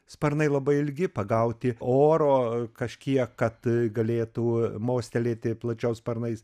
sparnai labai ilgi pagauti oro kažkiek kad galėtų mostelėti plačiau sparnais